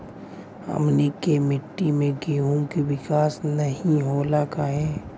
हमनी के मिट्टी में गेहूँ के विकास नहीं होला काहे?